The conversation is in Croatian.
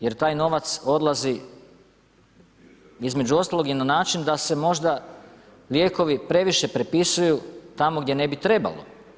Jer taj novac odlazi između ostalog i na način da se možda lijekovi previše prepisuju tamo gdje ne bi trebalo.